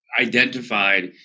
identified